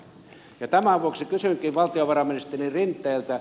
ja tämän vuoksi kysynkin valtiovarainministeri rinteeltä